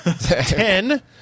Ten